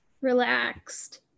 relaxed